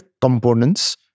components